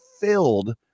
filled